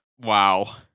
Wow